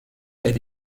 elle